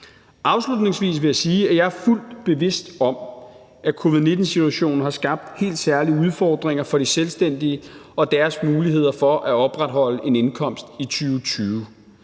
Afslutningsvis vil jeg sige, at jeg er fuldt bevidst om, at covid-19-situationen har skabt helt særlige udfordringer for de selvstændige og deres muligheder for at opretholde en indkomst i 2020.